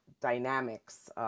dynamics